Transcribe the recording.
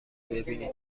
ببینی